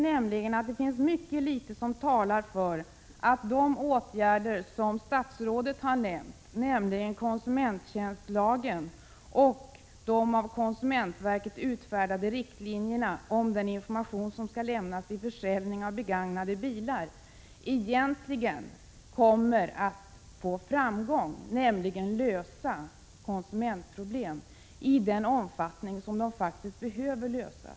Det finns mycket litet som talar för att de åtgärder som statsrådet har nämnt, nämligen införandet av konsumenttjänstlagen och de av konsumentverket utfärdade riktlinjerna om den information som skall lämnas vid försäljning av begagnade bilar, egentligen kommer att få framgång, dvs. lösa konsumentproblem på områden där de faktist behöver lösas.